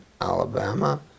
Alabama